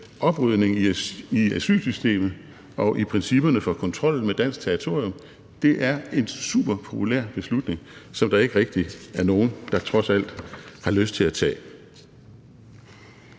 oprydning i asylsystemet og i principperne for kontrollen med dansk territorium er en super populær beslutning, som der ikke rigtig er nogen der trods alt har lyst til at tage.